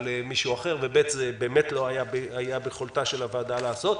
מישהו אחר ובאמת לא היה ביכולתה של הוועדה לעשות.